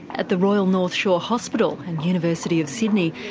at the royal north shore hospital and university of sydney,